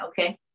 okay